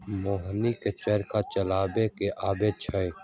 मोहिनी के चरखा चलावे न अबई छई